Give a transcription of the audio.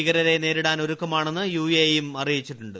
ഭീകരരെ നേരിടാൻ ഒരുക്കമാണെന്ന് യുഎജ്യുക അറിയിച്ചിട്ടുണ്ട്